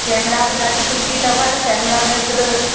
camera बि ॾाढी सुठी अथव कैमरा में हिकु ॿ